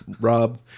rob